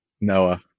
Noah